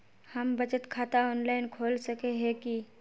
हम बचत खाता ऑनलाइन खोल सके है की?